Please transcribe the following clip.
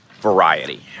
variety